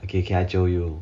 okay okay I jio you